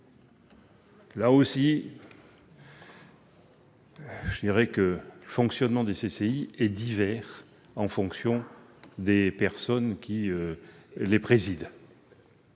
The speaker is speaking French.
Là aussi, je dirai que le fonctionnement des CCI varie selon les personnes qui les président.